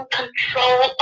control